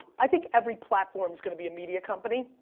i think every platform's gonna be a media company,